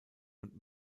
und